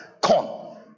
corn